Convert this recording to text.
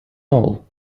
all